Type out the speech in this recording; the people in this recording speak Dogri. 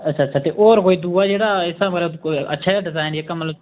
अच्छा अच्छा ते होर कोई दूआ जेह्ड़ा इसदा बगैरा कोई अच्छा जेहा डिजाइन जेह्का मतलब